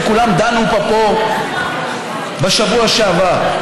שכולם דנו בה פה בשבוע שעבר,